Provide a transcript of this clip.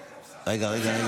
רגע, רגע.